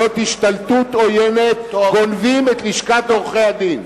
זאת השתלטות עוינת, גונבים את לשכת עורכי-הדין.